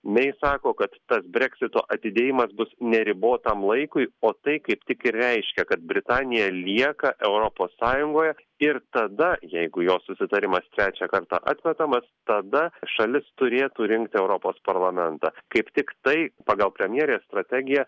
mei sako kad tas breksito atidėjimas bus neribotam laikui o tai kaip tik ir reiškia kad britanija lieka europos sąjungoje ir tada jeigu jos susitarimas trečią kartą atmetamas tada šalis turėtų rinkti europos parlamentą kaip tiktai pagal premjeres strategiją